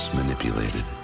manipulated